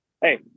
Hey